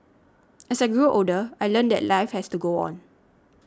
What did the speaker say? as I grew older I learnt that life has to go on